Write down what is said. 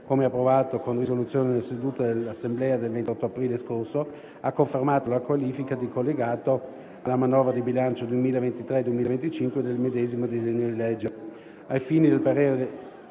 come approvato con risoluzione nella seduta dell'Assemblea del 28 aprile scorso, ha confermato la qualifica di collegato alla manovra di bilancio 2023-2025 del medesimo disegno di legge.